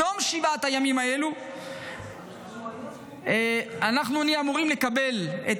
בתום שבעת הימים האלו אנחנו נהיה אמורים לקבל את